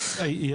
הציבורי.